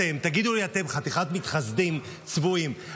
חתיכת מתחסדים צבועים,